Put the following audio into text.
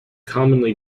commonly